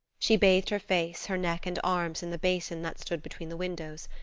she bathed her face, her neck and arms in the basin that stood between the windows.